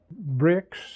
bricks